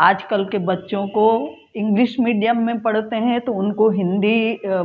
आज कल के बच्चों को इंग्लिश मीडियम में पढ़ते हैं तो उनको हिन्दी